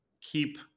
keep